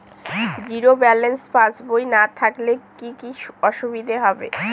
Zero balance পাসবই না থাকলে কি কী অসুবিধা হবে?